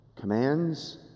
commands